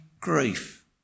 grief